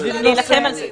אנחנו צריכים להילחם על זה.